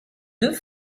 deux